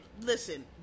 listen